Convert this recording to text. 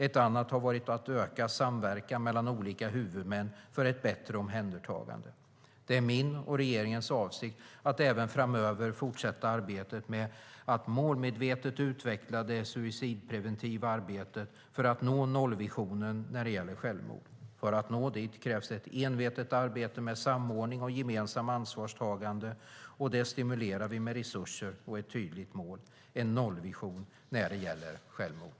Ett annat har varit att öka samverkan mellan olika huvudmän för ett bättre omhändertagande. Det är min och regeringens avsikt att även framöver fortsätta arbetet med att målmedvetet utveckla det suicidpreventiva arbetet för att nå nollvisionen när det gäller självmord. För att nå dit krävs det ett envetet arbete med samordning och gemensamt ansvarstagande, och det stimulerar vi med resurser och ett tydligt mål - en nollvision när det gäller självmord.